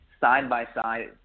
side-by-side